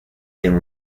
tengo